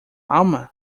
alma